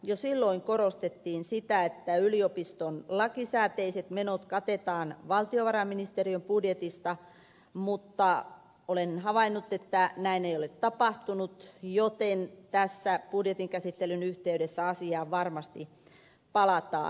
jo silloin korostettiin sitä että yliopiston lakisääteiset menot katetaan valtiovarainministeriön budjetista mutta olen havainnut että näin ei ole tapahtunut joten tässä budjetin käsittelyn yhteydessä asiaan varmasti palataan